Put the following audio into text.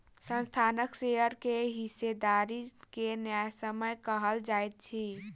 संस्थानक शेयर के हिस्सेदारी के न्यायसम्य कहल जाइत अछि